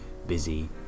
busy